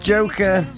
Joker